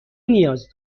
نیاز